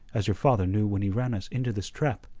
as your father knew when he ran us into this trap.